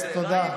אז תודה.